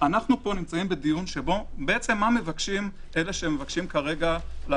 אנחנו פה נמצאים בדיון שבו מה מבקשים אלה שמבקשים לעצור?